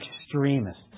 extremists